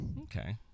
Okay